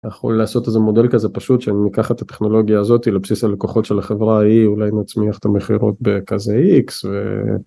אתה יכול לעשות איזה מודל כזה פשוט שאני אקח את הטכנולוגיה הזאתי לבסיס הלקוחות של החברה היא אולי נצמיח את המכירות בכזה x ו...